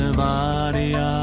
varia